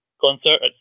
concert